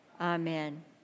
Amen